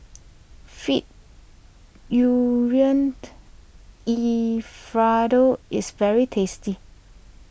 Fee Alfredo is very tasty